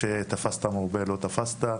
שתפסת מרובה, לא תפסת.